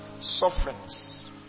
sufferings